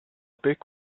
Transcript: big